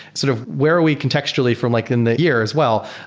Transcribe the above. sort of where we contextually from like in the year as well?